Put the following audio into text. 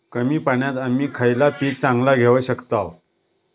कमी पाण्यात आम्ही खयला पीक चांगला घेव शकताव?